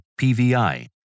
PVI